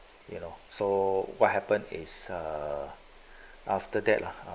you know so what happen is uh after that lah